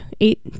eight